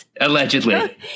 allegedly